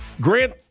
Grant